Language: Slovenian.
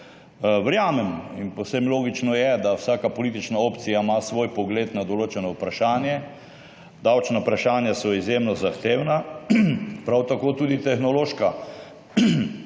Verjamem in povsem logično je, da ima vsaka politična opcija svoj pogled na določeno vprašanje. Davčna vprašanja so izjemno zahtevna, prav tako tudi tehnološka.